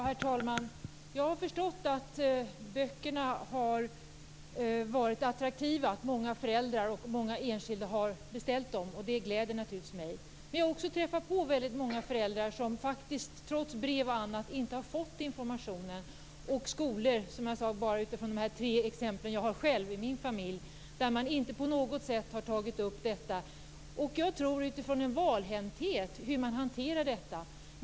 Herr talman! Jag har förstått att böckerna har varit attraktiva och att många föräldrar och enskilda har beställt dem. Det gläder mig naturligtvis. Men jag har träffat på väldigt många föräldrar som trots brev och annat inte fått informationen i skolor - utifrån de tre exempel jag själv har i min familj - där man inte på något sätt tagit upp detta. Jag tror att det är på grund av valhänthet som man har hanterat frågan på det sättet.